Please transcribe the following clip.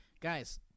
Guys